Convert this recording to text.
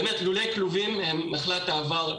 לולי כלובים הם נחלת העבר,